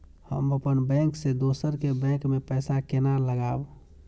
हम अपन बैंक से दोसर के बैंक में पैसा केना लगाव?